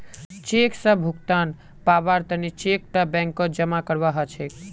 cheque स भुगतान पाबार तने चेक टा बैंकत जमा करवा हछेक